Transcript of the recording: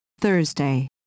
Thursday